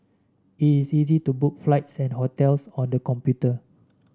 it is easy to book flights and hotels on the computer